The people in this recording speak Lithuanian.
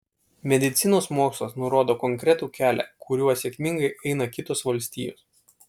medicinos mokslas nurodo konkretų kelią kuriuo sėkmingai eina kitos valstijos